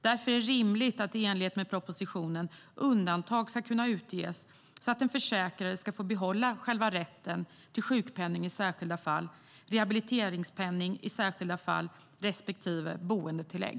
Därför är det rimligt att i enlighet med propositionen undantag ska kunna göras så att den försäkrade får behålla själva rätten till sjukpenning i särskilda fall, rehabiliteringspenning i särskilda fall respektive boendetillägg.